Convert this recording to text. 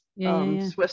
Swiss